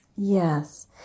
Yes